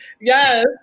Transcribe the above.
Yes